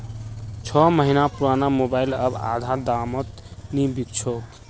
छो महीना पुराना मोबाइल अब आधा दामत नी बिक छोक